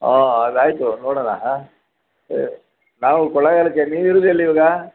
ಆಂ ಅದಾಯಿತು ನೋಡೋಣ ಹಾಂ ನಾವು ಕೊಳ್ಳೇಗಾಲಕ್ಕೆ ನೀವು ಇರೋದ್ ಎಲ್ಲಿ ಇವಾಗ